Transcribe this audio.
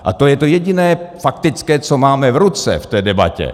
A to je to jediné faktické, co máme v ruce v té debatě.